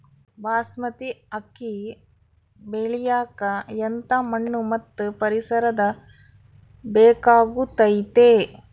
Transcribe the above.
ಬಾಸ್ಮತಿ ಅಕ್ಕಿ ಬೆಳಿಯಕ ಎಂಥ ಮಣ್ಣು ಮತ್ತು ಪರಿಸರದ ಬೇಕಾಗುತೈತೆ?